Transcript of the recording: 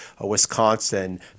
Wisconsin